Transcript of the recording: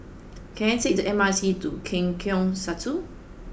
can I take the M R T to Lengkok Satu